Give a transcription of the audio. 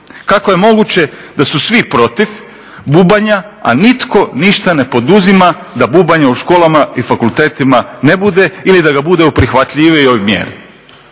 Kako je moguće da su svi protiv bubanja, a nitko ništa ne poduzima da bubanje u školama i fakultetima ne bude ili da ga bude u prihvatljivijoj mjeri.